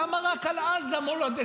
למה רק על עזה מולדתו?